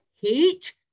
hate